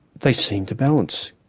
they seem to balance,